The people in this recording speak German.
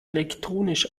elektrisch